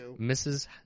Mrs